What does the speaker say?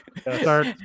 Start